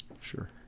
Sure